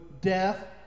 death